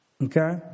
Okay